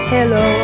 Hello